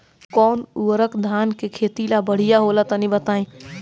कौन उर्वरक धान के खेती ला बढ़िया होला तनी बताई?